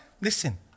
listen